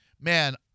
Man